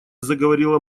заговорила